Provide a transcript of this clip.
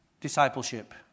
discipleship